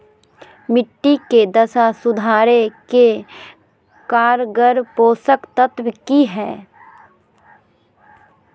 मिट्टी के दशा सुधारे के कारगर पोषक तत्व की है?